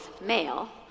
male